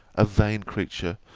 a vain creature!